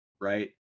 right